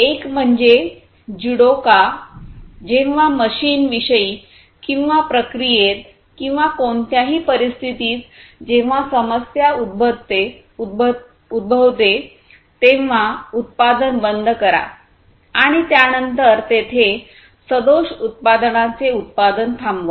एक म्हणजे जिडोका जेव्हा मशीन विषयी किंवा प्रक्रियेत किंवा कोणत्याही परिस्थितीत जेव्हा समस्या उद्भवते तेव्हा उत्पादन बंद करा आणि त्यानंतर तेथे सदोष उत्पादनांचे उत्पादन थांबवा